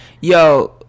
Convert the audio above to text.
Yo